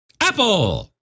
Apple